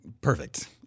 perfect